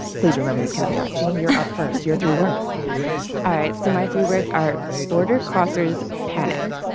please remember this caveat. jean, you're up first your three words all right, so my three words are border crossers panic.